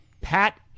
pat